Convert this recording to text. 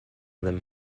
them